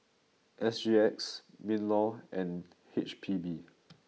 S G X Minlaw and H P B